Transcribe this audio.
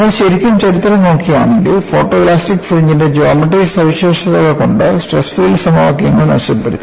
നിങ്ങൾ ശരിക്കും ചരിത്രം നോക്കുകയാണെങ്കിൽ ഫോട്ടോഇലാസ്റ്റിക് ഫ്രിഞ്ച്ന്റെ ജോമട്രി സവിശേഷതകൾ കൊണ്ട് സ്ട്രെസ് ഫീൽഡ് സമവാക്യങ്ങൾ മെച്ചപ്പെടുത്തി